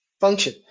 function